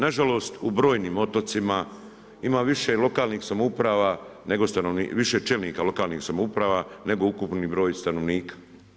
Nažalost u brojnim otocima ima više lokalnih samouprava nego stanovnika, više čelnika lokalnih samouprava nego ukupni broj stanovnika.